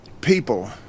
People